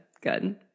good